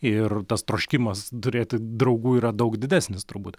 ir tas troškimas turėti draugų yra daug didesnis turbūt